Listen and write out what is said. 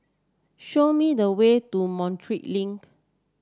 show me the way to Montreal Link